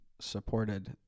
supported